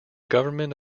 government